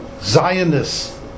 Zionists